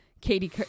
katie